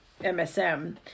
MSM